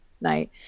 night